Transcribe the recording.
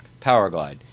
Powerglide